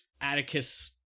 Atticus